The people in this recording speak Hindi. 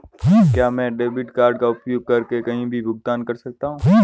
क्या मैं डेबिट कार्ड का उपयोग करके कहीं भी भुगतान कर सकता हूं?